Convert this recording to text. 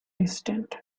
distant